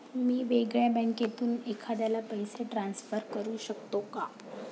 मी वेगळ्या बँकेतून एखाद्याला पैसे ट्रान्सफर करू शकतो का?